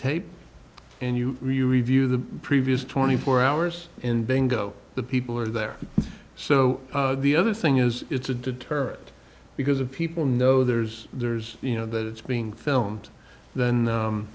tape and you review the previous twenty four hours in bingo the people are there so the other thing is it's a deterrent because of people know there's there's you know that it's being filmed then